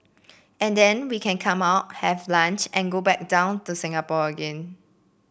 and then we can come up have lunch and go back down to Singapore again